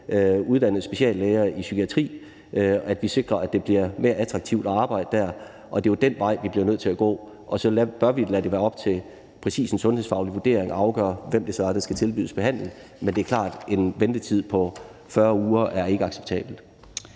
uddannede speciallæger i psykiatri; at vi sikrer, at det bliver mere attraktivt at arbejde der. Og det er jo den vej, vi bliver nødt til at gå, og så bør vi lade det være op til præcis en sundhedsfaglig vurdering at afgøre, hvem det så er, der skal tilbydes behandling. Men det er klart, at en ventetid på 40 uger ikke er acceptabel.